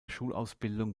schulausbildung